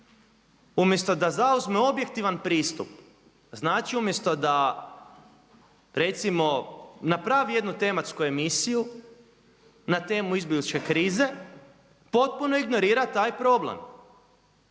umjesto da zauzme objektivan pristup, znači umjesto da recimo napravi jednu tematsku emisiju na temu izbjegličke krize, potpuno ignorira taj problem.